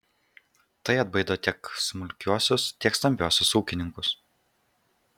tai atbaido tiek smulkiuosius tiek stambiuosius ūkininkus